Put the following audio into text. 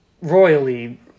royally